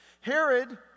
Herod